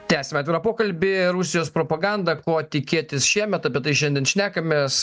tęsiame pokalbį rusijos propaganda ko tikėtis šiemet apie tai šiandien šnekamės